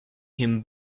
him